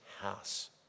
house